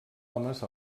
homes